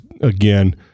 again